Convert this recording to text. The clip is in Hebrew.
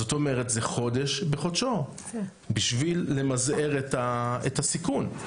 זאת אומרת זה חודש בחודשו בשביל למזער את הסיכון.